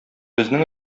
безнең